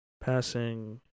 Passing